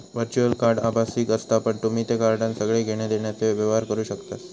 virtual card आभासी असता पण तुम्ही त्या कार्डान सगळे घेण्या देण्याचे व्यवहार करू शकतास